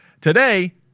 today